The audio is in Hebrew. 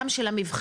גם של המבחנים.